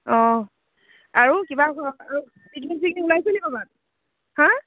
অঁ আৰু কিবা ঘৰ আৰু পিকনিক চিকনিক ওলাইছেনি ক'ৰবাত হা